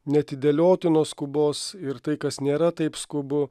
neatidėliotinos skubos ir tai kas nėra taip skubu